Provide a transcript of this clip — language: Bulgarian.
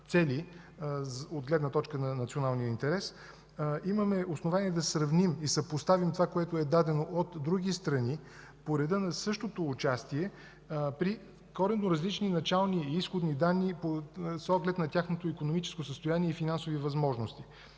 цели от гледна точка на националния интерес, имаме основание да сравним и да съпоставим направеното от други страни по реда на същото участие при коренно различни начални и изходни данни, с оглед на тяхното икономическо състояние и финансови възможности.